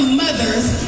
mother's